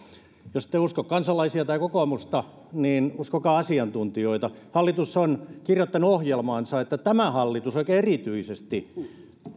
jos ette usko kansalaisia tai kokoomusta niin uskokaa asiantuntijoita hallitus on kirjoittanut ohjelmaansa että tämä hallitus oikein erityisesti